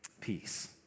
peace